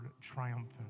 triumphant